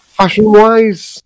fashion-wise